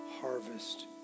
harvest